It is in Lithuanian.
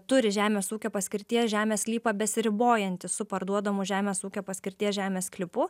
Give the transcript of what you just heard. turi žemės ūkio paskirties žemės sklypą besiribojantį su parduodamu žemės ūkio paskirties žemės sklypu